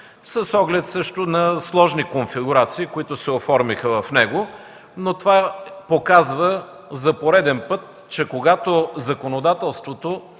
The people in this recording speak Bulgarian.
с оглед също на сложни конфигурации, които се оформиха в него. Но това показва за пореден път, че когато законодателството